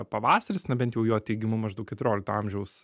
pavasaris na bent jau jo teigimu maždaug keturiolikto amžiaus